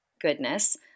goodness